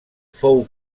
fou